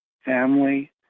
family